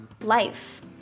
life